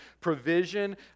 provision